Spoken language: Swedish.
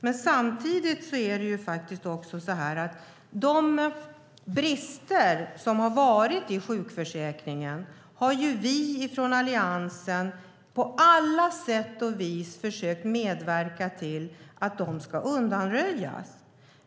Men samtidigt är det så att de brister som har funnits i sjukförsäkringen har vi från Alliansen på alla sätt och vis försökt medverka till att undanröja.